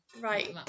right